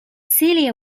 celia